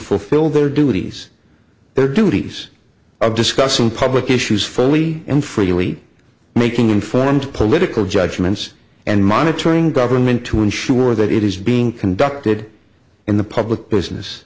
fulfill their duties their duties are discussing public issues fully and freely making informed political judgments and monitoring government to ensure that it is being conducted in the public business